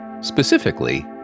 specifically